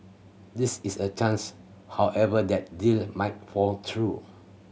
this is a chance however that deal might fall through